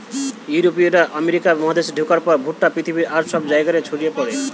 ইউরোপীয়রা আমেরিকা মহাদেশে ঢুকার পর ভুট্টা পৃথিবীর আর সব জায়গা রে ছড়ি পড়ে